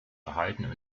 erhalten